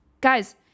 guys